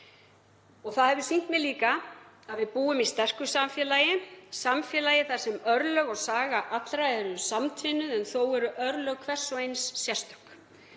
Það hefur líka sýnt mér að við búum í sterku samfélagi. Samfélagi þar sem örlög og saga allra eru samtvinnuð en þó eru örlög hvers og eins sérstök.